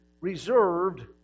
reserved